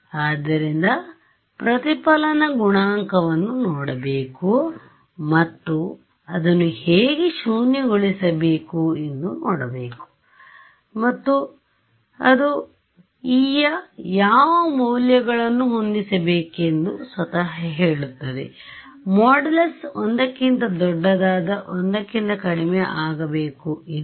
ಆದ್ದರಿಂದ ಪ್ರತಿಫಲನ ಗುಣಾಂಕವನ್ನು ನೋಡಬೇಕು ಮತ್ತು ಅದನ್ನು ಹೇಗೆ ಶೂನ್ಯಗೊಳಿಸಬೇಕು ಎಂದು ನೋಡಬೇಕು ಮತ್ತು ಅದು e ಯ ಯಾವ ಮೌಲ್ಯಗಳನ್ನು ಹೊಂದಿಸಬೇಕೆಂದು ಸ್ವತಃ ಹೇಳುತ್ತದೆ ಮಾಡ್ಯುಲಸ್ಒಂದಕ್ಕಿಂತ ದೊಡ್ಡದಾದ ಒಂದಕ್ಕಿಂತ ಕಡಿಮೆ ಆಗಬೇಕು ಇದನ್ನು